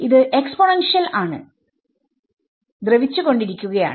ഇത് എക്സ്പോണെൻഷിയൽ ആണ് ദ്രവിച്ചുകൊണ്ടിരിക്കുകയാണ്